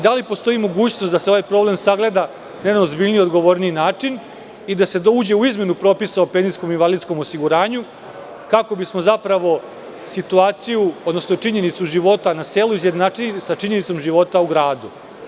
Da li postoji mogućnost da se ovaj problem sagleda na jedan ozbiljniji i odgovorniji način i da se uđe u izmenu propisa o penzijskom i invalidskom osiguranju, kako bismo zapravo situaciju, odnosno činjenicu života na selu izjednačili sa činjenicom života u gradu?